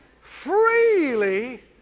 Freely